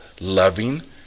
loving